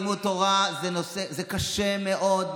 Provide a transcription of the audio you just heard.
לימוד תורה זה קשה מאוד,